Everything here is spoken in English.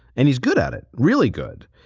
and he's good at it. really good.